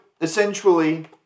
essentially